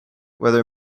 whether